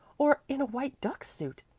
or in a white duck suit,